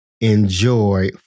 enjoy